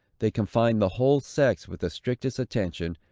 they confined the whole sex with the strictest attention,